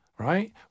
Right